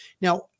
Now